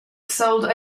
sold